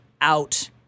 out